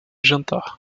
jantar